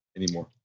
anymore